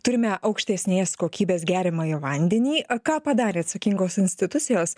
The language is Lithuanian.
turime aukštesnės kokybės geriamąjį vandenį a ką padarė atsakingos institucijos